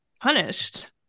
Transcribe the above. punished